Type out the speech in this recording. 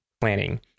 planning